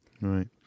Right